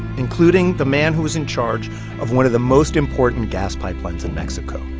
including the man who was in charge of one of the most important gas pipelines in mexico.